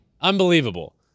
Unbelievable